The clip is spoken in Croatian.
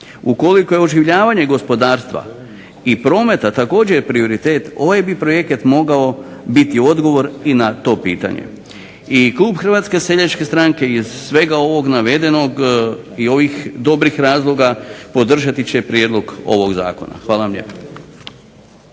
Ukoliko je oživljavanje gospodarstva i prometa također prioritet, ovaj bi projekat mogao biti odgovor i na to pitanje. I klub Hrvatske seljačke stranke iz svega ovog navedenog i ovih dobrih razloga podržati će prijedlog ovog zakona. Hvala vam lijepa.